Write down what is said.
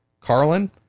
Carlin